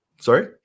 Sorry